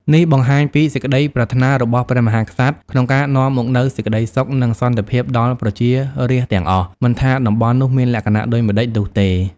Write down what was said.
នេះបង្ហាញពីសេចក្តីប្រាថ្នារបស់ព្រះមហាក្សត្រក្នុងការនាំមកនូវសេចក្តីសុខ និងសន្តិភាពដល់ប្រជារាស្ត្រទាំងអស់ មិនថាតំបន់នោះមានលក្ខណៈដូចម្ដេចនោះទេ។